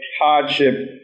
hardship